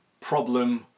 problem